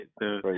right